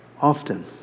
often